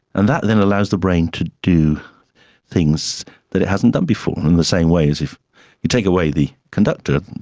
and that then allows the brain to do things that it hasn't done before, in the same way as if you take away the conductor,